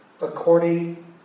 according